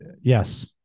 Yes